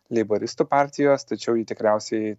leiboristų partijos tačiau ji tikriausiai